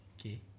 Okay